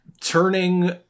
turning